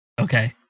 okay